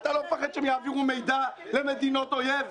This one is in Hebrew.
אתה לא פוחד שהם יעבירו מידע למדינות אויב?